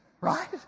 right